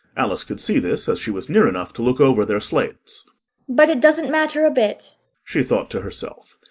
alice could see this, as she was near enough to look over their slates but it doesn't matter a bit she thought to herself.